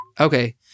Okay